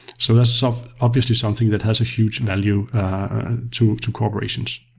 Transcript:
so that's so obviously something that has a huge value to to corporations.